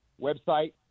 website